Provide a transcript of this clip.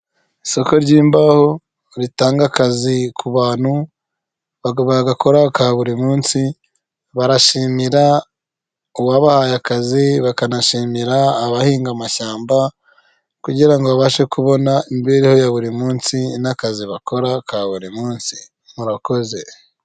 Isoko ry'imbaho ritanga akazi ku bantu bagakora buri munsi barashimira uwabahaye akazi bakanashimira abahinga amashyamba kugirango babashe kubona imibereho ya buri munsi n'akazi bakora ka buri munsi murakoze .